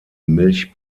milch